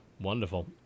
Wonderful